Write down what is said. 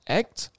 act